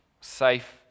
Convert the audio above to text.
safe